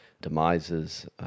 demises